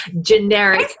generic